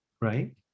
right